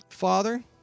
Father